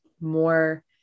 more